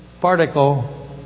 particle